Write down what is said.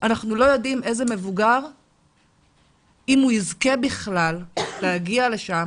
אנחנו לא יודעים אם הוא יזכה בכלל להגיע לשם,